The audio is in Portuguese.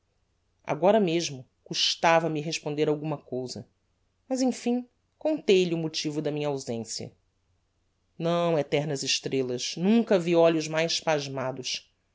agora mesmo custava-me responder alguma cousa mas emfim contei-lhe o motivo da minha ausencia não eternas estrellas nunca vi olhos mais pasmados